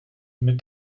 mit